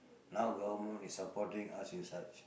now government is supporting us in such